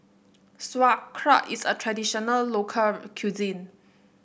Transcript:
sauerkraut is a traditional local cuisine